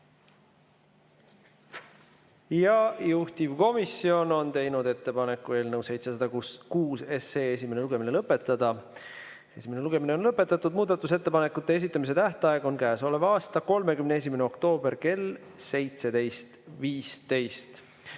Juhtivkomisjon on teinud ettepaneku eelnõu 706 esimene lugemine lõpetada. Esimene lugemine on lõpetatud. Muudatusettepanekute esitamise tähtaeg on käesoleva aasta 31. oktoober kell 17.15.